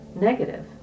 negative